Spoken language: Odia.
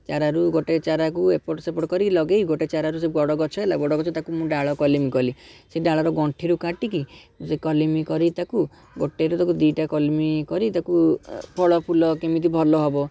ଚାରାରୁ ଗୋଟେ ଚାରାକୁ ଏପଟ ସେପଟ କରି ଲାଗେଇ ଗୋଟେ ଚାରାରୁ ସେ ବଡ଼ ଗଛ ହେଲା ବଡ଼ ଗଛ ତାକୁ ମୁଁ ଡାଳ କଲିମି କଲି ସେ ଡାଳର କଣ୍ଠିରୁ କାଟିକି ସେ କଲିମି କରି ତାକୁ ଗୋଟେରୁ ତାକୁ ଦୁଇଟା କଲିମି କରି ତାକୁ ଫଳ ଫୁଲ କେମିତି ଭଲ ହବ